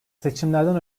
seçimlerden